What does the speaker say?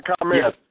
Yes